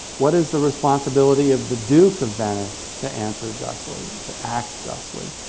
what is the responsibility of the duke of venice to answer justly, to act justly,